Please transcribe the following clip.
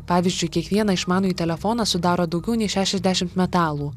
pavyzdžiui kiekvieną išmanųjį telefoną sudaro daugiau nei šešiasdešimt metalų